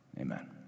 Amen